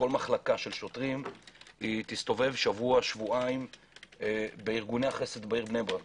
כל מחלקה של שוטרים תסתובב שבוע שבועיים בארגוני החסד בבני ברק